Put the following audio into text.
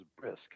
brisk